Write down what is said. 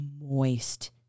moist